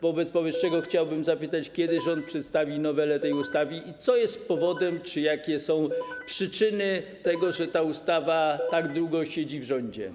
Wobec powyższego chciałbym zapytać, kiedy rząd przedstawi nowelę tej ustawy i co jest powodem czy jakie są przyczyny tego, że ta ustawa tak długo jest w rządzie.